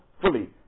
fully